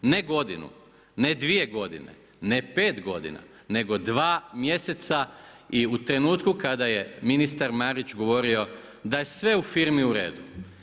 Ne godinu, ne 2 godine, ne 5 godina, nego 2 mjeseca i u trenutku kada je ministar Marić govorio da je sve u firmi u redu.